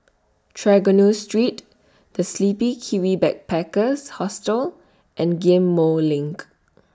Trengganu Street The Sleepy Kiwi Backpackers Hostel and Ghim Moh LINK